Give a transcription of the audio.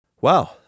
Wow